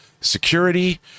security